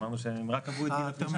אמרנו שהם רק עברו את גיל הפרישה,